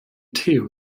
theo